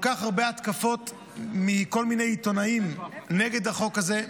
כל כך הרבה התקפות מכל מיני עיתונאים נגד החוק הזה,